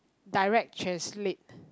direct translate